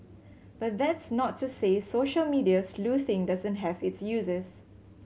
but that's not to say social media sleuthing doesn't have its uses